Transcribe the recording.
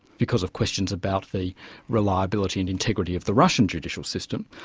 because of questions about the reliability and integrity of the russian judicial system.